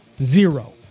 Zero